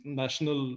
national